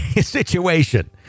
situation